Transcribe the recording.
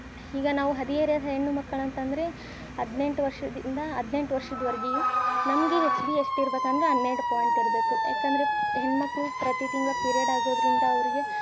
ಈಗ ನಾವು ಹದಿಹರೆಯದ ಹೆಣ್ಣು ಮಕ್ಕಳು ಅಂತಂದರೆ ಹದಿನೆಂಟು ವರ್ಷದಿಂದ ಹದಿನೆಂಟು ವರ್ಷದ್ವರೆಗೆ ನಮಗೆ ಹೆಚ್ ಬಿ ಎಷ್ಟು ಇರಬೇಕಂದ್ರೆ ಹನ್ನೆರಡು ಪಾಯಿಂಟ್ ಇರಬೇಕು ಯಾಕಂದರೆ ಹೆಣ್ಣು ಮಕ್ಕಳು ಪ್ರತಿ ತಿಂಗಳು ಪಿರೇಡ್ ಆಗೋದ್ರಿಂದ ಅವ್ರಿಗೆ